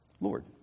lord